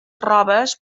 robes